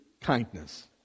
kindness